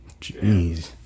Jeez